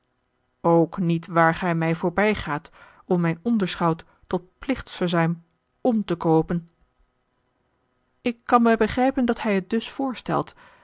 ook niet waar gij mij voorbijgaat om mijn onderschout tot plichtverzuim om te koopen ik kan mij begrijpen dat hij het dus voorstelt